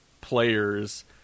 players